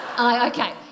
Okay